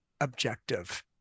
objective